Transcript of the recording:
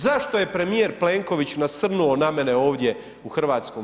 Zašto je premijer Plenković nasrnuo na mene ovdje u HS?